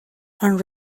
and